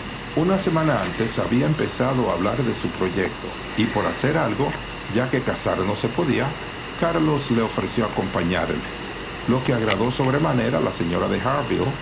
una semana antes había empeaado a hablar de su proyecto y por hacer algo ya que cazar no se podía carlos le ofreció acompañarle lo que agradó sobremanera a la señora de